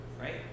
right